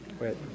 Wait